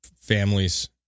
families